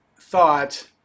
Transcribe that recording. thought